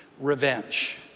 revenge